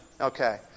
Okay